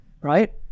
right